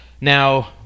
now